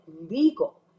legal